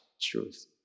truth